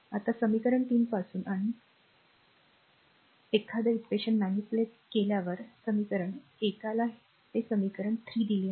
आता समीकरण 3 पासून आणि एखाद्याला फक्त हाताळणी manipulate मिळेल समीकरण एकाला ते समीकरण r 3 दिले आहे